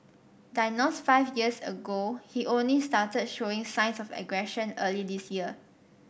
diagnosed five years ago he only started showing signs of aggression early this year